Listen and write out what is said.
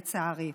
לצערי.